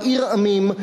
"עיר עמים",